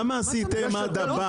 אז למה עשיתם עד הבה"דים?